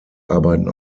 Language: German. arbeiten